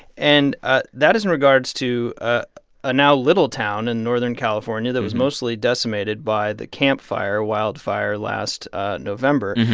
and ah that is in regards to a ah now-little town in northern california that was mostly decimated by the camp fire wildfire last november.